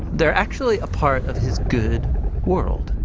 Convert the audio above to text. they're actually a part of his good world.